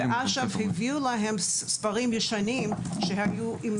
אש"ף הביאו להם ספרים ישנים שהיו עם